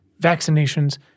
Vaccinations